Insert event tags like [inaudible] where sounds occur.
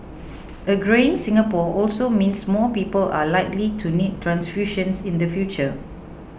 [noise] a greying Singapore also means more people are likely to need transfusions in the future